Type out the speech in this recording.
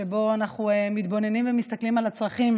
שבו אנחנו מתבוננים ומסתכלים על הצרכים